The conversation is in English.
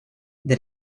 that